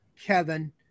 Kevin